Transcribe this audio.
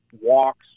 walks